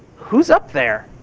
who's up there?